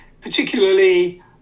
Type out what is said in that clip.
particularly